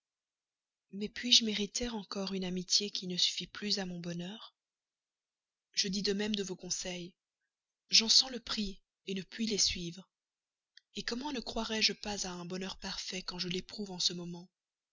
mais puis-je mériter encore une amitié qui ne suffit plus à mon bonheur je dis de même de vos conseils j'en sens le prix ne puis les suivre et comment ne croirais-je pas à un bonheur parfait quand je l'éprouve en ce moment